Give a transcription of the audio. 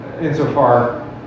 insofar